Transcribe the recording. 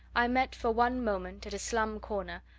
i met for one moment, at a slum corner,